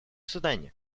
судане